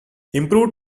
improved